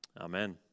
Amen